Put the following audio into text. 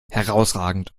herrausragend